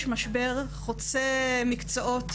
יש משבר חוצה מקצועות,